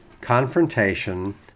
confrontation